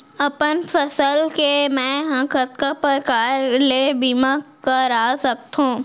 अपन फसल के मै ह कतका प्रकार ले बीमा करा सकथो?